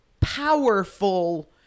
powerful